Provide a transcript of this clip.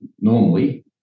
normally